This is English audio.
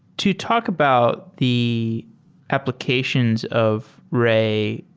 to talk about the applications of ray,